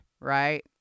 right